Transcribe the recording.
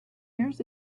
years